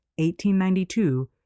1892